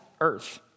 earth